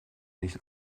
nicht